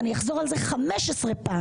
ואני אחזור על זה 15 פעמים.